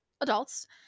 adults